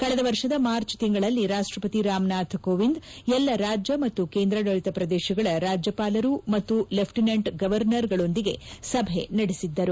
ಕಳೆದ ವರ್ಷದ ಮಾರ್ಚ್ ತಿಂಗಳಲ್ಲಿ ರಾಷ್ಟಪತಿ ರಾಮನಾಥ್ ಕೋವಿಂದ್ ಎಲ್ಲಾ ರಾಜ್ಯ ಮತ್ತು ಕೇಂದ್ರಾಡಳತ ಪ್ರದೇಶಗಳ ರಾಜ್ಯಪಾಲರು ಮತ್ತು ಲೆಫ್ಟಿನೆಂಟ್ ಗವರ್ನರ್ ಗಳೊಂದಿಗೆ ಸಭೆ ನಡೆಸಿದ್ದರು